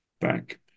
back